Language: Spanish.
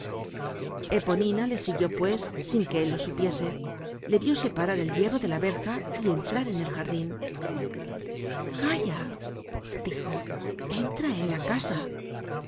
eponina le siguió pues sin que él lo supiese le vió separar el hierro de la verja y entrar en el jardin calla dijo entra en la casa